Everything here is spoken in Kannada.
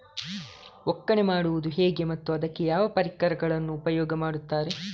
ಒಕ್ಕಣೆ ಮಾಡುವುದು ಹೇಗೆ ಮತ್ತು ಅದಕ್ಕೆ ಯಾವ ಪರಿಕರವನ್ನು ಉಪಯೋಗ ಮಾಡುತ್ತಾರೆ?